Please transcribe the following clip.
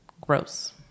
gross